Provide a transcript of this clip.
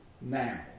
now